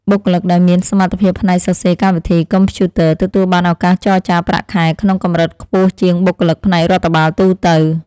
បុគ្គលិកដែលមានសមត្ថភាពផ្នែកសរសេរកម្មវិធីកុំព្យូទ័រទទួលបានឱកាសចរចាប្រាក់ខែក្នុងកម្រិតខ្ពស់ជាងបុគ្គលិកផ្នែករដ្ឋបាលទូទៅ។